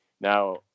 Now